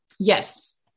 Yes